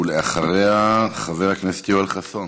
אחריה, חבר הכנסת יואל חסון.